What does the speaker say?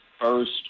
first